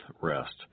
rest